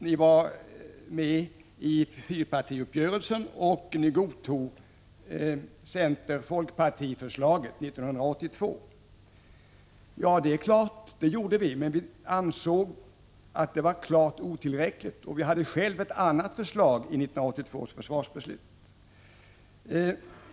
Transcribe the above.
Ni var med i fyrpartiuppgörelsen, och ni godtog center-folkpartiförslaget 1982. Ja, det gjorde vi, men vi ansåg att det var klart otillräckligt, och vi hade själva ett annat förslag i samband med 1982 års beslut.